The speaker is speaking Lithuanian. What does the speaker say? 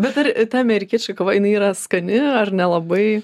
bet ar ta amerikietiška kava jinai yra skani ar nelabai